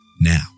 Now